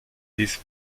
these